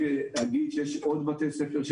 אגיד רק שיש עוד בתי ספר,